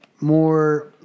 more